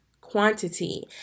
quantity